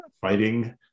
fighting